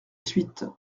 suite